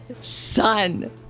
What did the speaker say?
son